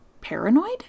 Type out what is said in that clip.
paranoid